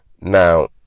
Now